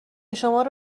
شمارو